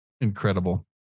Incredible